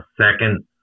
second